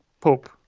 Pope